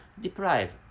deprive